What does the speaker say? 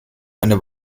eine